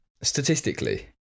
statistically